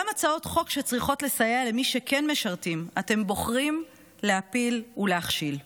גם הצעות חוק שצריכות לסייע למי שכן משרתים אתם בוחרים להפיל ולהכשיל.